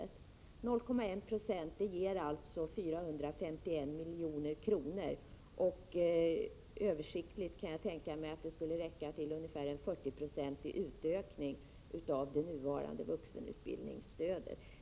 0,1 96 ger alltså 451 milj.kr., och översiktligt kan jag tänka mig att det skulle räcka till en ungefär 40-procentig utökning av det nuvarande vuxenutbildningsstödet.